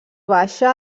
baixa